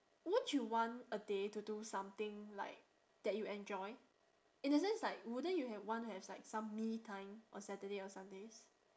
won't you want a day to do something like that you enjoy in a sense like wouldn't you have want to have like some me time on saturday or sundays